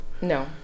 no